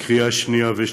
לקריאה שנייה ושלישית.